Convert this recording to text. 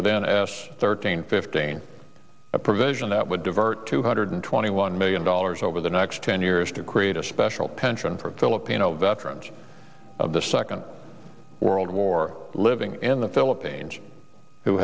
within s thirteen fifteen a provision that would divert two hundred twenty one million dollars over the next ten years to create a special pension for filipino veterans of the second world war living in the philippines who